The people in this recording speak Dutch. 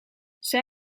zij